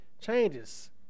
changes